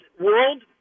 world